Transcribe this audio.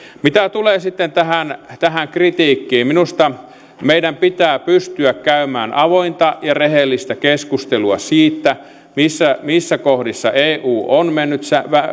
mitä tulee sitten tähän tähän kritiikkiin minusta meidän pitää pystyä käymään avointa ja rehellistä keskustelua siitä missä missä kohdissa eu on mennyt